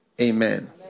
Amen